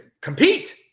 Compete